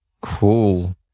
Cool